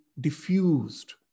diffused